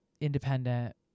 independent